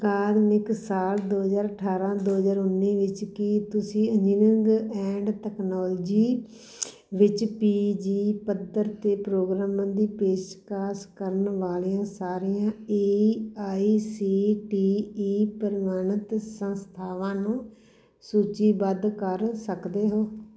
ਅਕਾਦਮਿਕ ਸਾਲ ਦੋ ਹਜ਼ਾਰ ਅਠਾਰਾਂ ਦੋ ਹਜ਼ਾਰ ਉੱਨੀ ਵਿੱਚ ਕੀ ਤੁਸੀਂ ਇੰਜੀਨੀਅਰਿੰਗ ਐਂਡ ਤਕਨਾਲੋਜੀ ਵਿੱਚ ਪੀ ਜੀ ਪੱਧਰ ਦੇ ਪ੍ਰੋਗਰਾਮਾਂ ਦੀ ਪੇਸ਼ਕਸ਼ ਕਰਨ ਵਾਲੀਆਂ ਸਾਰੀਆਂ A I C T E ਪ੍ਰਵਾਨਿਤ ਸੰਸਥਾਵਾਂ ਨੂੰ ਸੂਚੀਬੱਧ ਕਰ ਸਕਦੇ ਹੋ